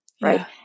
Right